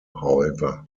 however